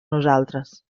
nosaltres